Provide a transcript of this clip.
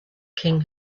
king